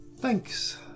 Thanks